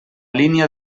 línia